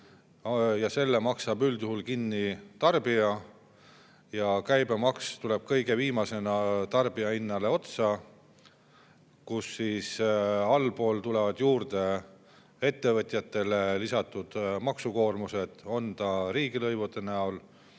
ja selle maksab üldjuhul kinni tarbija. Käibemaks tuleb kõige viimasena tarbijahinnale otsa, kui tulevad juurde ettevõtjatele lisatud maksukoormused kas riigilõivude,